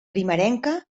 primerenca